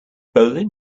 bolin